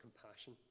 compassion